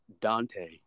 Dante